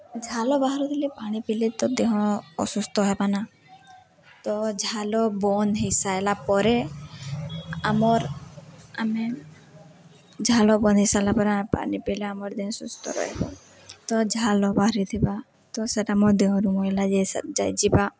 ଝାଲ ବାହାରୁଥିଲେ ପାଣି ପିଇଲେ ତ ଦେହ ଅସୁସ୍ଥ ହେବ ନା ତ ଝାଲ ବନ୍ଦ ହେଇସାଇଲା ପରେ ଆମର୍ ଆମେ ଝାଲ ବନ୍ଦ ହେଇସାରିଲା ପରେ ଆମେ ପାଣି ପିଇଲେ ଆମର୍ ଦେହଁ ସୁସ୍ଥ ରହିବ ତ ଝାଲ ବାହାରିଥିବା ତ ସେଟା ଆମ ଦେହଁରୁ ମହିଳା ଯାଇ ଯାଇଯିବା